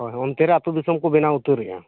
ᱦᱳᱭ ᱚᱱᱛᱮᱨᱮ ᱟᱹᱛᱩ ᱫᱤᱥᱚᱢ ᱠᱚ ᱵᱮᱱᱟᱣ ᱩᱛᱟᱹᱨᱮᱫᱼᱟ